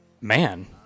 Man